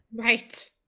Right